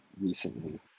recently